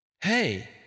hey